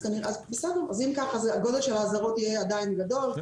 אם ככה, גודל האזהרות יהיה עדיין גדול.